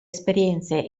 esperienze